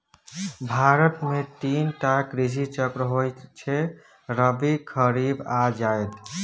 भारत मे तीन टा कृषि चक्र होइ छै रबी, खरीफ आ जाएद